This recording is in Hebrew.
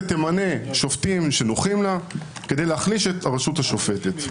תמנה שופטים שנוחים לה כדי להחליש את הרשות השופטת.